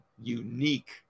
unique